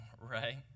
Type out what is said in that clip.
right